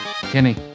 Kenny